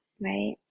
right